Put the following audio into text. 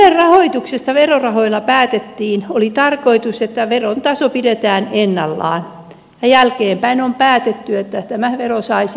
kun ylen rahoituksesta verorahoilla päätettiin oli tarkoitus että veron taso pidetään ennallaan ja jälkeenpäin on päätetty että tämä vero saisi indeksisuojan